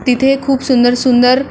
तिथे खूप सुंदर सुंदर